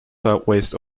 southwest